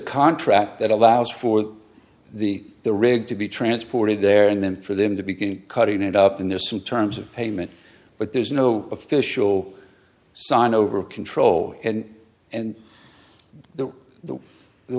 contract that allows for the the rig to be transported there and then for them to begin cutting it up and there's some terms of payment but there's no official sign over control and and the the